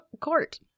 court